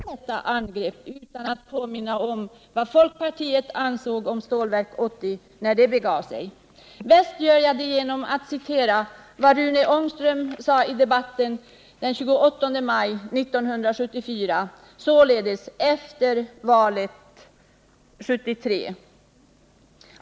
Herr talman! Anledningen till att jag begärt ordet i denna debatt är det angrepp som industriministern gjorde på Stålverk 80 och hans påstående om att detta projekt var ett hopkok av socialdemokraterna till 1973 års valrörelse. Som en av de närmast sörjande kan jag inte svälja detta, och vill påminna om vad folkpartiet ansåg om Stålverk 80 på den tiden det begav sig. Bäst gör jag det genom att citera vad Rune Ångström sade i debatten den 28 maj 1974 — således efter 1973 års val.